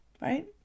Right